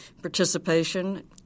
participation